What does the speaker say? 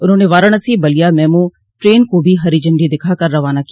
उन्होंने Varanasi Ballia MEMU train को भी हरी झंडी दिखा कर रवाना किया